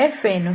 ಅದು Fxiyjzk